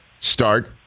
start